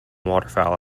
waterfowl